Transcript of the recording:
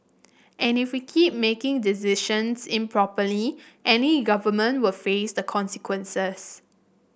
and if we keep making decisions improperly any government will face the consequences